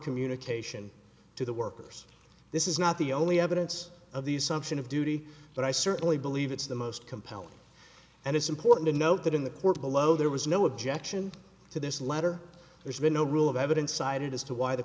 communication to the workers this is not the only evidence of these sumption of duty but i certainly believe it's the most compelling and it's important to note that in the court below there was no objection to this letter there's been no rule of evidence cited as to why the